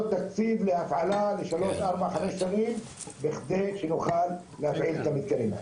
תקציב להפעלה למשך 3-5 שנים בכדי שנוכל להפעיל את המתקנים.